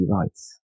rights